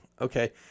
okay